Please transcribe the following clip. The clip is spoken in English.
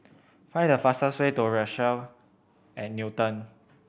find the fastest way to Rochelle at Newton